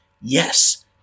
Yes